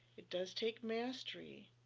it does take mastery,